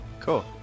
Cool